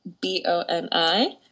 b-o-n-i